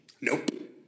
Nope